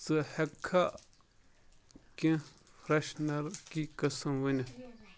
ژٕ ہٮ۪کہٕ کھا کیٚنٛہہ فرٛٮ۪شنَر کی قٕسٕم ؤنِتھ